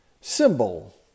Symbol